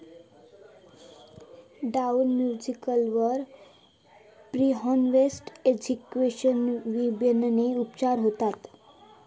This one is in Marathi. डाउनी मिल्ड्यूज वर प्रीहार्वेस्ट एजोक्सिस्ट्रोबिनने उपचार होतत